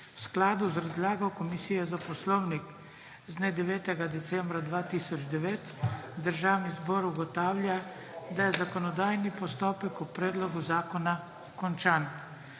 V skladu z razlago Komisije za Poslovnik z dne 9. decembra 2009 Državni zbor ugotavlja, da je zakonodajni postopek o predlogu zakona končan.